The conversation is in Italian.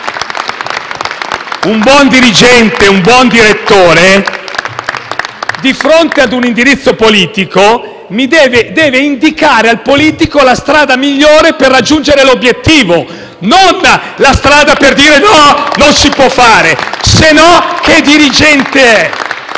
Un buon dirigente, di fronte a un indirizzo politico, deve indicare al politico la strada migliore per raggiungere l'obiettivo, e non la strada per dire: no, non si può fare; altrimenti che dirigente è?